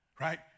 Right